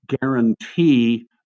guarantee